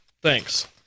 thanks